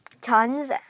tons